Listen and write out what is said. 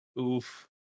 Oof